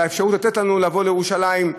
על האפשרות לתת לנו לבוא לירושלים,